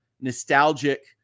nostalgic